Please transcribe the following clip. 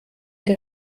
der